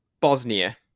bosnia